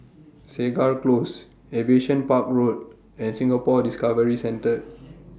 Segar Close Aviation Park Road and Singapore Discovery Centre